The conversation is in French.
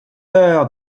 heures